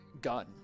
gun